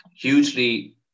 hugely